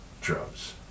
drugs